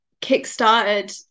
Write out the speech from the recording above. kick-started